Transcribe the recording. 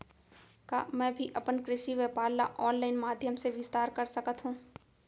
का मैं भी अपन कृषि व्यापार ल ऑनलाइन माधयम से विस्तार कर सकत हो?